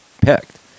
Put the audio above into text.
picked